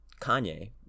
kanye